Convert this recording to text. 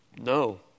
no